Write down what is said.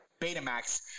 Betamax